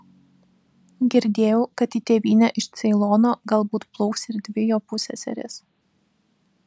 girdėjau kad į tėvynę iš ceilono galbūt plauks ir dvi jo pusseserės